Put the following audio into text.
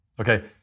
okay